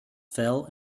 fell